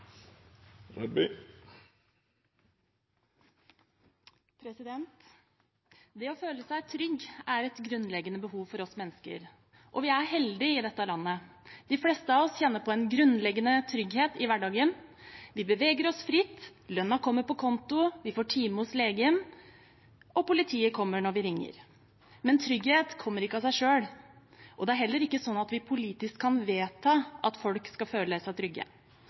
framtiden. Det å føle seg trygg er et grunnleggende behov for oss mennesker, og vi er heldige i dette landet. De fleste av oss kjenner på en grunnleggende trygghet i hverdagen. Vi beveger oss fritt, lønnen kommer på konto, vi får time hos legen, og politiet kommer når vi ringer. Men trygghet kommer ikke av seg selv, og det er heller ikke sånn at vi politisk kan vedta at folk skal føle seg trygge.